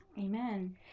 Amen